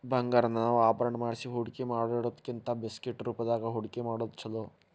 ಬಂಗಾರಾನ ನಾವ ಆಭರಣಾ ಮಾಡ್ಸಿ ಹೂಡ್ಕಿಮಾಡಿಡೊದಕ್ಕಿಂತಾ ಬಿಸ್ಕಿಟ್ ರೂಪ್ದಾಗ್ ಹೂಡ್ಕಿಮಾಡೊದ್ ಛೊಲೊ